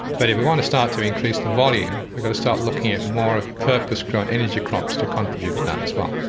but if you want to start to increase the volume, we've got to start looking at more purpose grown energy crops to contribute to that as well.